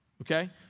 okay